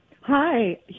Hi